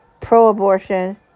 pro-abortion